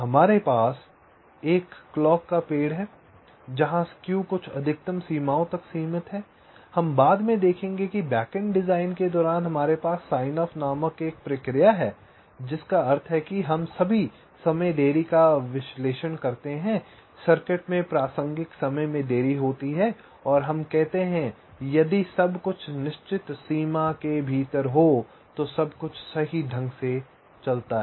हमारे पास एक क्लॉक का पेड़ है जहां स्क्यू कुछ अधिकतम सीमाओं तक सीमित है हम बाद में देखेंगे कि बैकएंड डिज़ाइन के दौरान हमारे पास साइनऑफ़ नामक एक प्रक्रिया है जिसका अर्थ है कि हम सभी समय देरी का विश्लेषण करते हैं सर्किट में प्रासंगिक समय में देरी होती है और हम कहते हैं यदि सब कुछ निश्चित सीमा के भीतर हो तो सब कुछ सही ढंग से चलता है